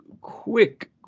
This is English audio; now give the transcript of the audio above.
quick